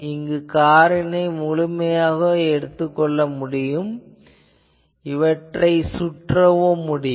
இங்கு காரினை முழுமையாகக் கொள்ள முடியும் இவற்றை சுற்ற முடியும்